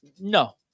No